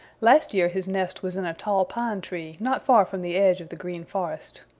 last year his nest was in a tall pine-tree not far from the edge of the green forest.